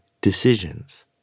decisions